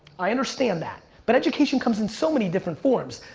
i understand that. but education comes in so many different forms.